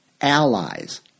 Allies